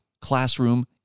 classroom